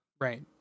Right